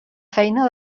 feina